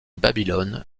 babylone